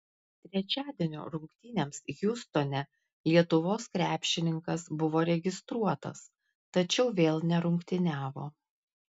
trečiadienio rungtynėms hjustone lietuvos krepšininkas buvo registruotas tačiau vėl nerungtyniavo